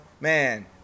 Man